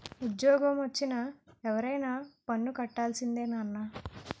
ఉజ్జోగమొచ్చిన ఎవరైనా పన్ను కట్టాల్సిందే నాన్నా